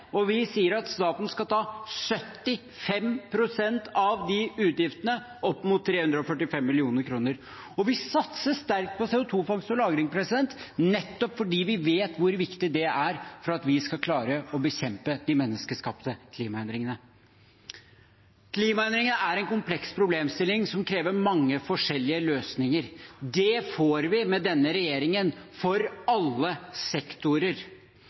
og vi sier at staten skal ta 75 pst. av utgiftene, opp mot 345 mill. kr. Vi satser sterkt på CO 2 -fangst og ‑lagring, nettopp fordi vi vet hvor viktig det er for at vi skal klare å bekjempe de menneskeskapte klimaendringene. Klimaendringene er en kompleks problemstilling som krever mange forskjellige løsninger. Det får vi med denne regjeringen – for alle sektorer.